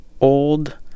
old